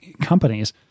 companies